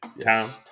Town